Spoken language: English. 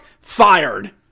fired